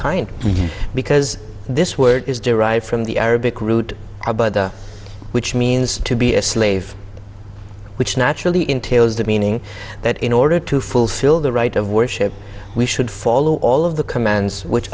kind because this word is derived from the arabic root which means to be a slave which naturally entails that meaning that in order to fulfill the right of worship we should follow all of the commands which